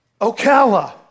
Ocala